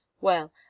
Well